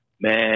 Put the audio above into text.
Man